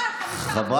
אה, חמישה.